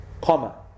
Comma